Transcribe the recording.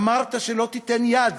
אמרת שלא תיתן יד